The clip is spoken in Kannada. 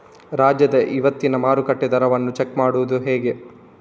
ರಾಜ್ಯದ ಇವತ್ತಿನ ಮಾರುಕಟ್ಟೆ ದರವನ್ನ ಚೆಕ್ ಮಾಡುವುದು ಹೇಗೆ?